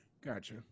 Gotcha